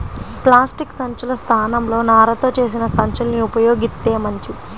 plastic సంచుల స్థానంలో నారతో చేసిన సంచుల్ని ఉపయోగిత్తే మంచిది